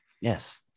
yes